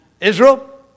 Israel